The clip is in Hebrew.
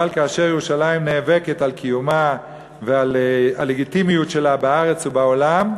אבל כאשר ירושלים נאבקת על קיומה ועל הלגיטימיות שלה בארץ ובעולם,